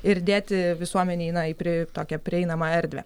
ir dėti visuomenei na į pri tokią prieinamą erdvę